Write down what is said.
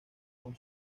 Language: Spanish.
con